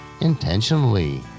intentionally